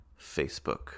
Facebook